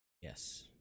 Yes